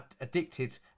addicted